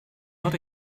not